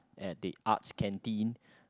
at the arts canteen